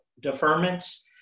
deferments